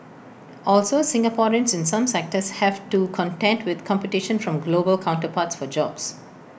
also Singaporeans in some sectors have to contend with competition from global counterparts for jobs